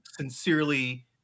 sincerely